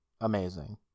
amazing